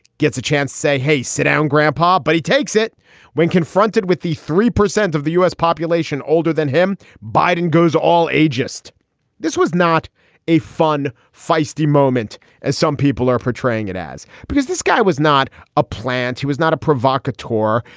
gets a chance. say, hey, sit down, grandpa, but he takes it when confronted with the three percent of the u s. population older than him. biden goes all age. just this was not a fun, feisty moment as some people are portraying it as, because this guy was not a plan. he was not a provocateur.